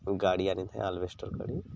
ଗାଡ଼ି ଆଣି ଥାଏ ଆଲବେଷ୍ଟର କରି